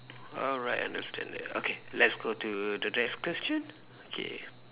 alright I understand okay let's go to the next question okay